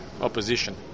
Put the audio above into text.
opposition